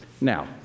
Now